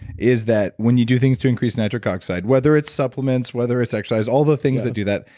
is that when you do things to increase nitric oxide, whether it's supplements, whether it's exercise, all the things that do that.